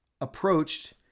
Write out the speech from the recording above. approached